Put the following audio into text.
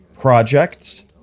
projects